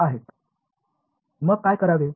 मग आपण काय करावे